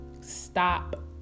stop